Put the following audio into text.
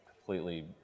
completely